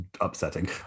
upsetting